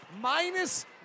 minus